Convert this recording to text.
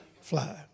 fly